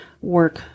work